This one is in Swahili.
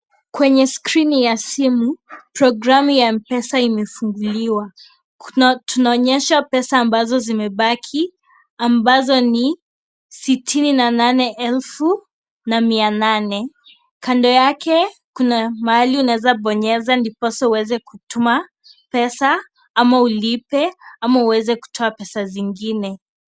Kwenye skrini ya simu programu ya M-Pesa imefunguliwa tunanyeshwa pesa ambazo zimebaki ambazo ni sitini na nane elfu na mia nane. Kando yake kuna mahali unaweza bonyeza ndiposa uweze kutuma pesa ama ulipe ama uweze kutoa pesa zingine.